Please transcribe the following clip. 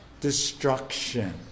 destruction